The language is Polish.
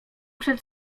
przed